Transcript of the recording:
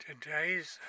today's